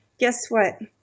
guess what?